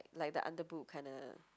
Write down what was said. like the under boob kinda